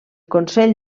consell